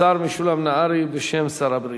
השר משולם נהרי בשם שר הבריאות.